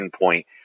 point